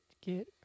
get